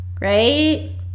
right